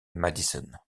madison